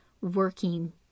working